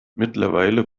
mittlerweile